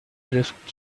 drift